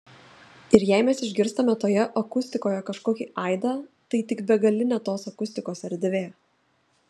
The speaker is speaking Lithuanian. ir jei mes išgirstame toje akustikoje kažkokį aidą tai tik begalinė tos akustikos erdvė